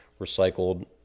recycled